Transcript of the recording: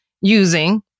using